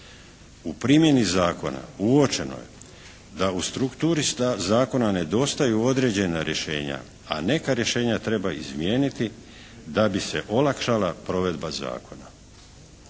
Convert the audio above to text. U primjeni Zakona uočeno je da u strukturi Zakona nedostaju određena rješenja, a neka rješenja treba izmijeniti da bi se olakšala provedba zakona.